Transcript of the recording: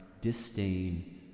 disdain